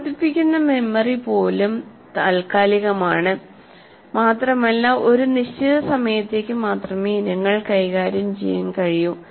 പ്രവർത്തിക്കുന്ന മെമ്മറി പോലും താൽക്കാലികമാണ് മാത്രമല്ല ഒരു നിശ്ചിത സമയത്തേക്ക് മാത്രമേ ഇനങ്ങൾ കൈകാര്യം ചെയ്യാൻ കഴിയൂ